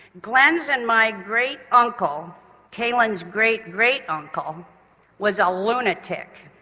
glenn's and my great-uncle, calen's great, great-uncle was a lunatic.